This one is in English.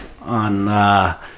on